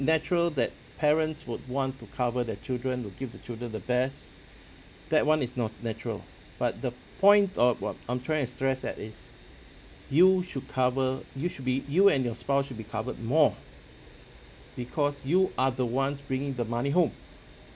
natural that parents would want to cover their children will give the children the best that one is no~ natural but the point or what I'm trying to stress that is you should cover you should be you and your spouse should be covered more because you are the ones bring the money home